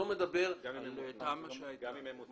גם אם הן מותנות.